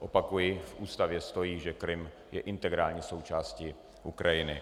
Opakuji, v ústavě stojí, že Krym je integrální součástí Ukrajiny.